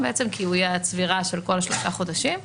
כי הוא יהיה הצבירה של כל שלושה חודשים,